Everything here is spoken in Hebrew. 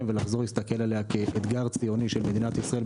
ולחזור להסתכל עליה כאתגר ציוני של מדינת ישראל,